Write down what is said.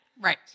Right